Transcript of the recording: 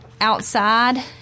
outside